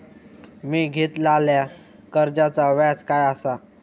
मी घेतलाल्या कर्जाचा व्याज काय आसा?